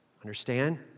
Understand